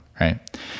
right